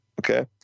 Okay